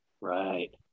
Right